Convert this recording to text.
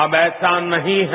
अब ऐसा नहीं है